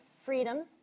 freedom